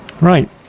Right